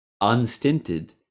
unstinted